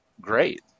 great